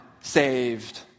saved